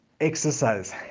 exercise